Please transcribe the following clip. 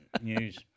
News